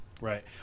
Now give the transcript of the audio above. Right